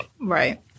right